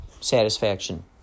satisfaction